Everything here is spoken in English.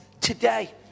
today